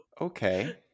okay